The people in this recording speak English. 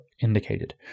indicated